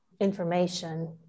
information